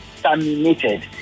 terminated